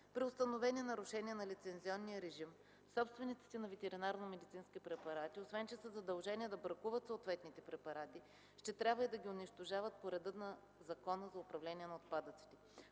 При установени нарушения на лицензионния режим, собствениците на ветеринарномедицинските препарати, освен че са задължени да бракуват съответните препарати, ще трябва и да ги унищожават по реда на Закона за управление на отпадъците.